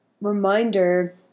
reminder